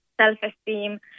self-esteem